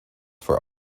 for